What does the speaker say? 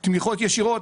לגבי תמיכות ישירות,